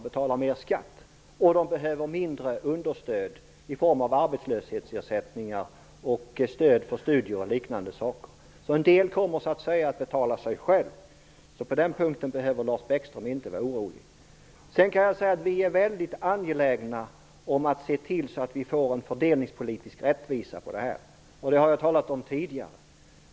De betalar mera skatt och behöver mindre understöd i form av arbetslöshetsersättningar, stöd för studier och liknande saker. En del kommer således att betala sig självt. Så på den punkten behöver inte Lars Bäckström vara orolig. Vi är väldigt angelägna om att se till att vi får en fördelningspolitisk rättvisa, och det har jag talat om tidigare.